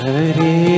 Hare